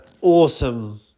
awesome